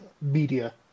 media